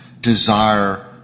desire